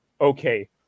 Okay